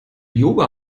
yoga